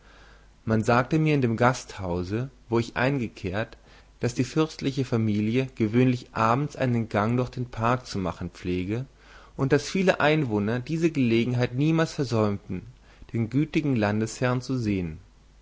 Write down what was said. man sagte mir in dem gasthause wo ich eingekehrt daß die fürstliche familie gewöhnlich abends einen gang durch den park zu machen pflege und daß viele einwohner diese gelegenheit niemals versäumten den gütigen landesherrn zu sehen